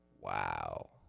Wow